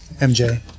MJ